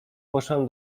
poszłam